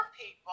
people